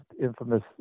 infamous